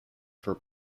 for